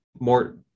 More